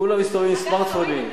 כולם מסתובבים עם "סמארטפונים".